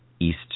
east